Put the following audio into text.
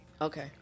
Okay